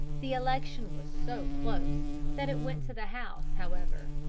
the election was so close that it went to the house, however.